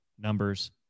Numbers